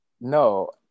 no